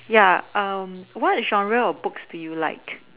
ya um what genre of books do you like